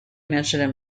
mentioned